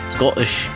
Scottish